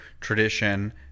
tradition